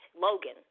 Logan